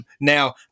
Now